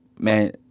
Man